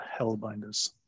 Hellbinders